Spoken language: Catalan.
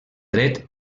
dret